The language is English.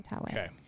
okay